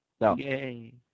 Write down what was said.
Yay